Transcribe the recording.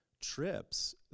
trips